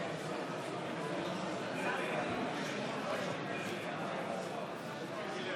אבי דיכטר, מצביע גלית דיסטל